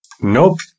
Nope